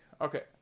okay